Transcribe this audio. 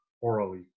orally